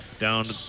Down